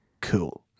cool